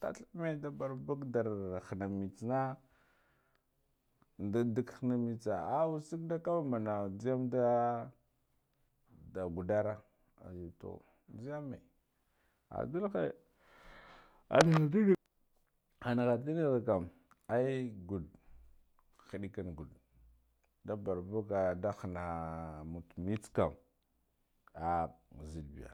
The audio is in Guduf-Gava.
tathamu nda barbad ndur khana mitsena, nda dak hona mitsa ah usug to nzoyamt adalhe an ngig hanara ndalgikam ai gund hedikan gudde nda borbugu nda hanna mat mitse kam ah zedd biya.